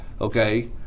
okay